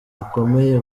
gakomeye